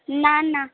না না